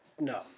No